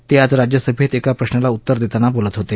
ते आज राज्यसभेत एका प्रश्नाला उत्तर देताना बोलत होते